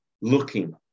looking